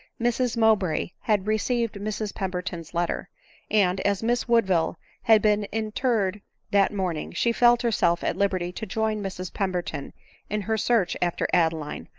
mrs mowbray had received mrs pemberton's letter and as miss woodville had been in terred that morning, she felt herself at liberty to join mrs pemberton in her search after adeline,